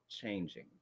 changing